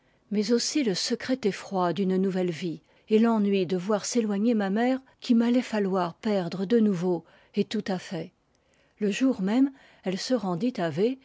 mais aussi le secret effroi d'une nouvelle vie et l'ennui de voir s'éloigner ma mère qu'il m'allait falloir perdre de nouveau et tout à fait le jour même elle se rendit